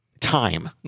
Time